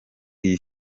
iyi